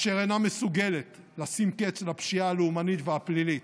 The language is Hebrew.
אשר אינה מסוגלת לשים קץ לפשיעה הלאומנית והפלילית.